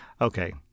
Okay